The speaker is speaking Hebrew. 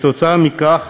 כתוצאה מכך,